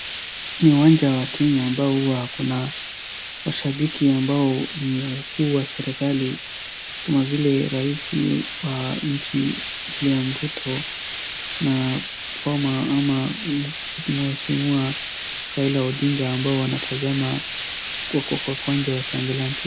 Ni uwanja wa Kenya ambao huwa kuna washabiki ambao ni wakuu wa serikali kama vile rais wa nchi William Ruto na former ama mheshimiwa Raila Odinga ambao huwa anatazama kwa kiwanja wakiangalia mpira.